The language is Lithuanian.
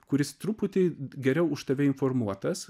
kuris truputį geriau už tave informuotas